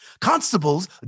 Constables